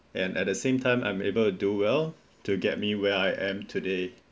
and at the same I'm able to do well to get me where I am today